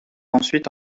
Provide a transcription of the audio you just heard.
ensuite